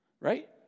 Right